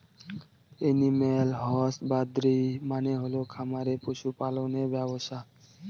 animal husbandry মানে হল খামারে পশু পালনের ব্যবসা